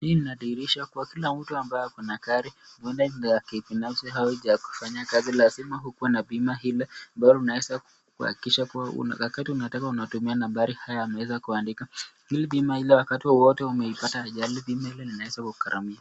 Hii inadhihirisha kila mtu ambaye ako na gari huenda ni la kibinafsi au la kufanyia kazi lazima ukuwe na bima hili ambalo unaweza kuhakikisha kuwa wakati unataka kutumia nambari haya wameweza kuandika ili bima hilo wakati wowote umepata ajali bima hilo linaweza kukugharamia.